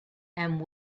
and